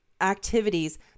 activities